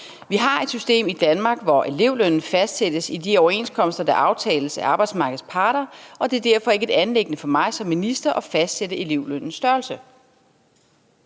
Vi har et system i Danmark, hvor elevlønnen fastsættes i de overenskomster, der aftales af arbejdsmarkedets parter, og det er derfor ikke et anliggende for mig som minister at fastsætte elevlønnens størrelse.